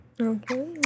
Okay